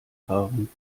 fahren